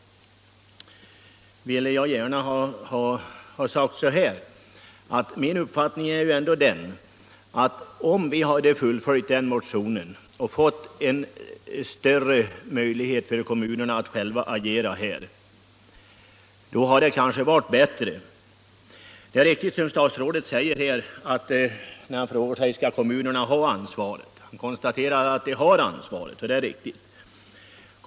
Min uppfattning är att om man hade fullföljt den motionen och fått större möjligheter för kommunerna att själva agera hade förhållandena kanske varit bättre. Statsrådet frågar sig om kommunerna skall ha ansvaret och konstaterar att de har det. Det är riktigt.